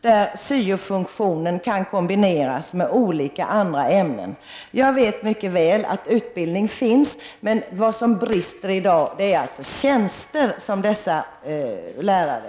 där syo-funktionen kombineras med undervisning i olika ämnen. Jag vet mycket väl att det i dag finns utbildning för sådana tjänster, men vad som saknas är just tjänster för sådana lärare.